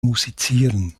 musizieren